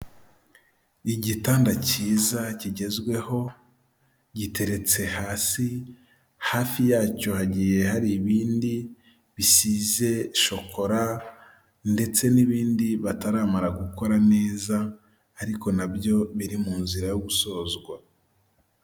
Igitanda cyiza kigezweho giteretse hasi hafi yacyo hagiye hari ibindi bisize shokora, ndetse n'ibindi bataramara gukora neza ariko nabyo biri mu nzira yo gusozwa.